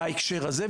בהקשר הזה,